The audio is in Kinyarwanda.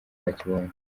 bakibonye